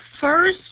first